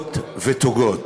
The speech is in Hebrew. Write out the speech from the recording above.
נוגות ותוגות.